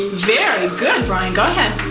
very good, brian, go ahead.